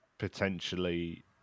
potentially